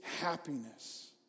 happiness